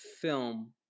film